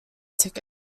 tickets